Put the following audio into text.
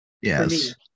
Yes